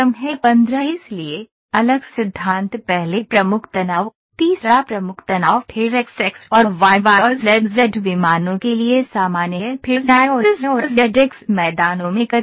15 इसलिए अलग सिद्धांत पहले प्रमुख तनाव तीसरा प्रमुख तनाव फिर xx और yy और zz विमानों के लिए सामान्य है फिर xy और yz और zx मैदानों में कतरनी है